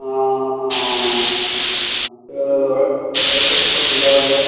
ஆமாம் ஆமாங்க வயசு முப்பத்தஞ்சு ஆகுது